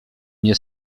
nie